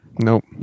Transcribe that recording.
Nope